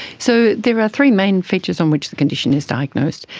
so there are three main features on which the condition is diagnosed,